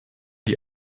die